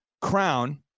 Crown